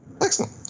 Excellent